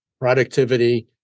productivity